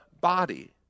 body